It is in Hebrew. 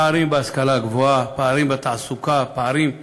פערים בהשכלה הגבוהה, פערים בתעסוקה, פערים בדיור.